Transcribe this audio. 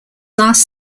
last